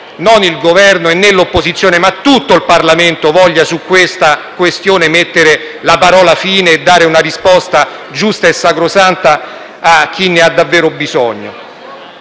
non il Governo, né l'opposizione, ma tutto il Parlamento voglia su questa questione mettere la parola fine e dare una risposta giusta e sacrosanta a chi ne ha davvero bisogno.